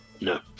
No